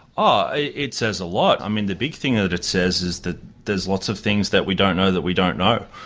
it says a lot. i mean, the big thing that it says is that there's lots of things that we don't know that we don't know,